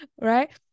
right